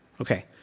Okay